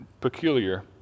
peculiar